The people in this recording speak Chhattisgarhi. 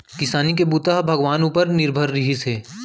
किसानी के बूता ह भगवान उपर निरभर रिहिस हे